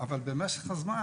אבל במשך הזמן,